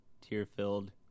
tear-filled